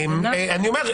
אני אומר,